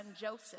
Joseph